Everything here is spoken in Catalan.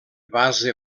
base